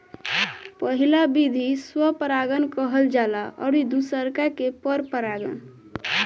पहिला विधि स्व परागण कहल जाला अउरी दुसरका के पर परागण